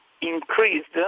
increased